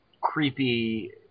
creepy